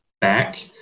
back